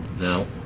No